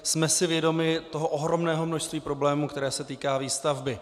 Jsme si vědomi toho ohromného množství problémů, které se týkají výstavby.